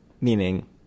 meaning